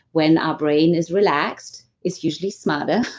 when our brain is relaxed, it's usually smarter.